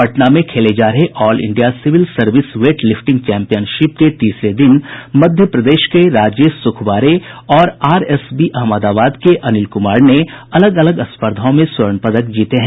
पटना में खेले जा रहे all India civil service weight lifting championship के तीसरे दिन मध्य प्रदेश के राजेश सुखवारे और आरएसबी अहमदाबाद के अनिल कुमार ने अलग अलग स्पर्धाओं मे स्वर्ण पदक जीते हैं